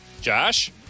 josh